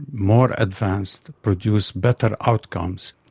more advanced, produce better outcomes,